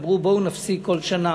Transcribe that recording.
אמרו: בואו נפסיק כל שנה